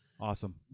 awesome